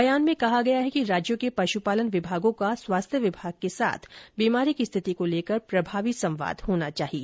बयान में कहा गया है कि राज्यों के पशुपालन विभागों का स्वास्थ्य विभाग के साथ बीमारी की स्थिति को लेकर प्रभावी संवाद होना चाहिए